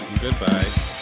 Goodbye